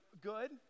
good